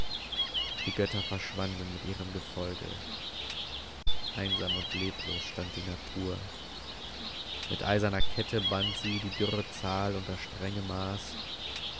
die götter verschwanden mit ihrem gefolge einsam und leblos stand die natur mit eiserner kette band sie die dürre zahl und das strenge maß